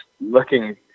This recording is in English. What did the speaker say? looking